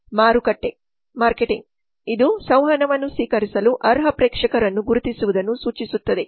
ಮಾರುಕಟ್ಟೆ ಇದು ಸಂವಹನವನ್ನು ಸ್ವೀಕರಿಸಲು ಅರ್ಹ ಪ್ರೇಕ್ಷಕರನ್ನು ಗುರುತಿಸುವುದನ್ನು ಸೂಚಿಸುತ್ತದೆ